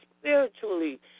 spiritually